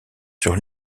sur